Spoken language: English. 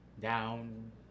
down